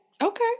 Okay